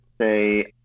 say